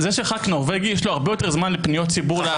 לחבר כנסת נורבגי יש הרבה יותר זמן לעזור בפניות ציבור,